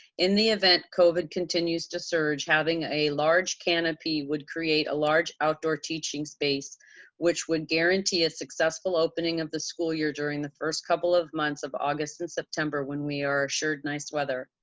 in the event covid continues to surge, having a large canopy would create a large outdoor teaching space which would guarantee a successful opening of the school year during the first couple of months of august and september when we are assured nice weather?